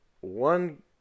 one